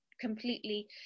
completely